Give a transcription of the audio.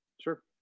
Sure